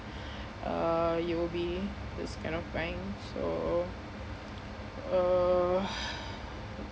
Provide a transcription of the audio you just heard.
uh U_O_B those kind of bank so uh